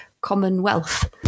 Commonwealth